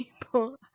people